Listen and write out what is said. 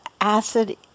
acid